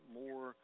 more